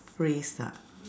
phrase ah